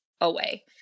away